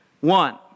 one